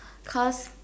cause